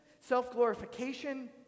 self-glorification